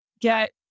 get